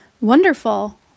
Wonderful